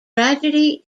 tragedy